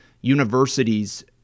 universities